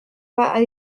pas